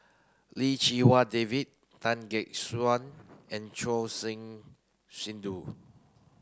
Lim Chee Wai David Tan Gek Suan and Choor Singh Sidhu